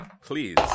please